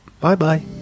Bye-bye